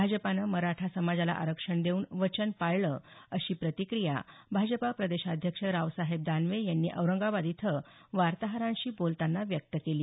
भाजपानं मराठा समाजाला आरक्षण देऊन वचन पाळलं अशी प्रतिक्रिया भाजपा प्रदेशाध्यक्ष रावसाहेब दानवे यांनी औरंगाबाद इथं वार्ताहरांशी बोलतांना व्यक्त केली